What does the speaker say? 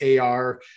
AR